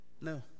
No